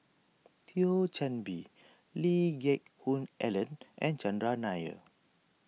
Thio Chan Bee Lee Geck Hoon Ellen and Chandran Nair